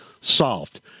solved